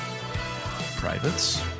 privates